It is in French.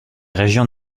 régions